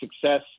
success